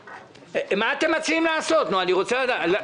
מה אתם מציעים לעשות, אני רוצה לדעת.